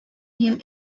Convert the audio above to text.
him